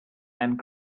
and